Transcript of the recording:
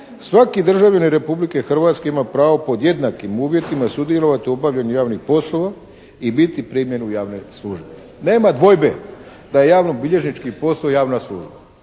"svaki državljanin Republike Hrvatske ima pravo pod jednakim uvjetima sudjelovati u obavljanju javnih poslova i biti primljen u javne službe". Nema dvojbe da je javnobilježnički posao javna služba.